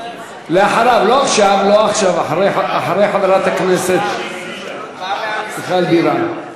לא עכשיו, אחרי חברת הכנסת מיכל בירן.